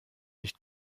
nicht